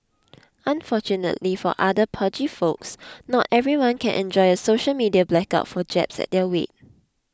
unfortunately for other pudgy folks not everyone can enjoy a social media blackout for jabs at their weight